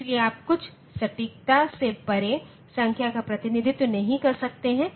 इसलिए आप कुछ सटीकता से परे संख्या का प्रतिनिधित्व नहीं कर सकते है